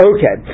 Okay